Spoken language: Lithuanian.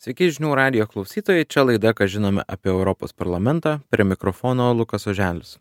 sveiki žinių radijo klausytojai čia laida ką žinome apie europos parlamentą prie mikrofono lukas oželis